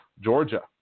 Georgia